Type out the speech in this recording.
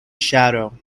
shadow